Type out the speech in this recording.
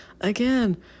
again